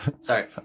Sorry